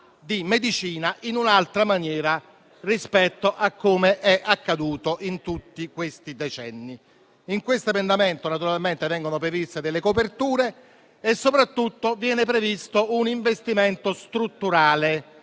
di medicina in un'altra maniera rispetto a come è accaduto in tutti questi decenni. Nell'emendamento naturalmente vengono previste delle coperture e soprattutto viene previsto un investimento strutturale,